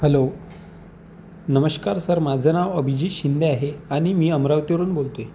hello नमस्कार sir माझं नाव अबिजीत शिंदे आहे आणि मी अमरावतीवरून बोलतो आहे